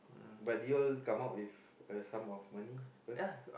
but did y'all come out with a sum of money first